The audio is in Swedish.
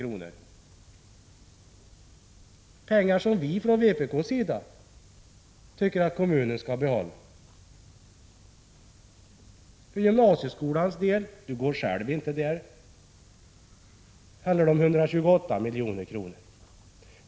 Det är pengar som vi från vpk:s sida tycker att kommunerna skall behålla. För gymnasieskolans del — du går själv inte där — handlar det om 128 milj, kr.